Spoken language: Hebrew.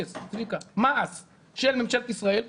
צביקה, מע"צ, של ממשלת ישראל.